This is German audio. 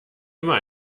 immer